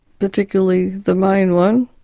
particularly the main one,